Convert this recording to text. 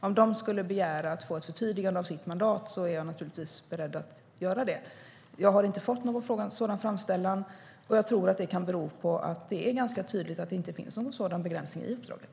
Om de skulle begära att få ett förtydligande av sitt mandat är jag naturligtvis beredd att göra det. Jag har inte fått någon sådan framställan, och jag tror att det kan bero på att det är ganska tydligt att det inte finns någon sådan begränsning i uppdraget.